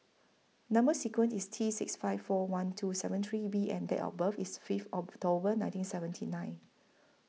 Number sequence IS T six five four one two seven three B and Date of birth IS Fifth October nineteen seventy nine